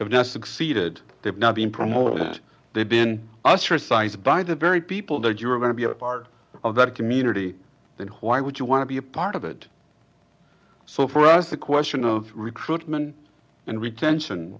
just succeeded they're now being promoted that they've been ostracized by the very people that you're going to be a part of that community then why would you want to be a part of it so for us the question of recruitment and retention